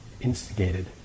instigated